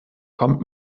kommt